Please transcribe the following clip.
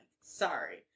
Sorry